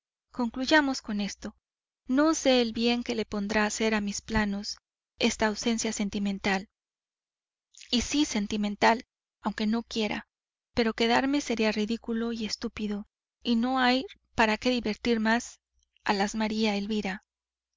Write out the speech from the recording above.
concluyamos con esto no sé el bien que le podrá hacer a mis planos esta ausencia sentimental y sí sentimental aunque no quiera pero quedarme sería ridículo y estúpido y no hay para qué divertir más a las maría elvira